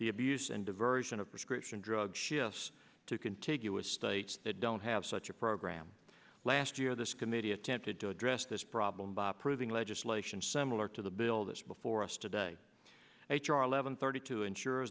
the abuse and diversion of prescription drug shifts to contiguous states that don't have such a program last year this committee attempted to address this problem proving legislation similar to the bill that's before us today h r eleven thirty two ensure